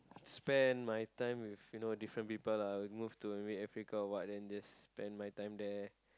spend my time with you know different people lah move to maybe Africa or what then just spend my time there